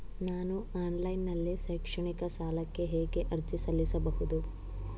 ನಾನು ಆನ್ಲೈನ್ ನಲ್ಲಿ ಶೈಕ್ಷಣಿಕ ಸಾಲಕ್ಕೆ ಹೇಗೆ ಅರ್ಜಿ ಸಲ್ಲಿಸಬಹುದು?